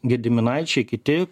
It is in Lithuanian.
gediminaičiai kiti